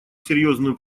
серьезную